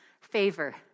favor